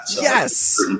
yes